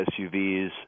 SUVs